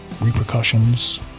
repercussions